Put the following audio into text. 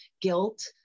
guilt